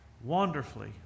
wonderfully